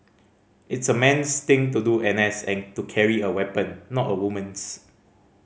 it's a man's thing to do N S and to carry a weapon not a woman's